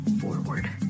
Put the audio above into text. forward